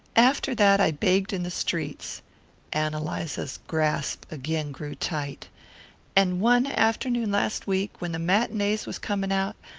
after that i begged in the streets ann eliza's grasp again grew tight and one afternoon last week, when the matinees was coming out,